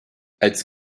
als